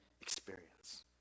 experience